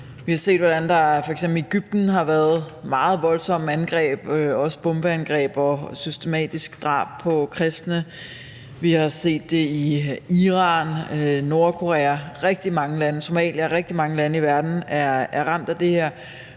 Vi har set, hvordan der f.eks. i Egypten har været meget voldsomme angreb, også bombeangreb og systematiske drab, på kristne. Vi har set det i Iran, Nordkorea, Somalia, og rigtig mange lande i verden er ramt af det her.